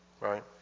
Right